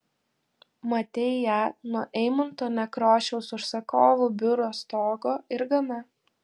matei ją nuo eimunto nekrošiaus užsakovų biuro stogo ir gana